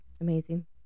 amazing